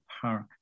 park